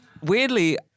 Weirdly